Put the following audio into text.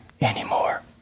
anymore